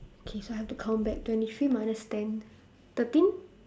okay so I have to count back twenty three minus ten thirteen